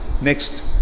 next